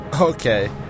Okay